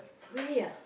really ah